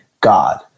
God